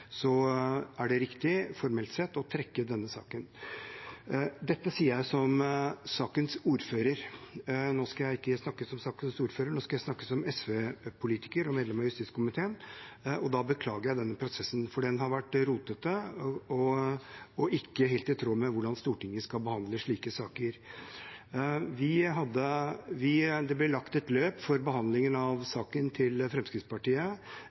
er det riktig formelt sett å trekke denne saken. Dette sier jeg som sakens ordfører. Nå skal jeg ikke snakke som sakens ordfører, nå skal jeg snakke som SV-politiker og medlem av justiskomiteen, og da beklager jeg denne prosessen. Den har vært rotete og ikke helt i tråd med hvordan Stortinget skal behandle slike saker. Det ble lagt et løp for behandlingen av saken til Fremskrittspartiet